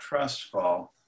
Trustfall